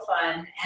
fun